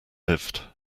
lived